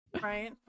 Right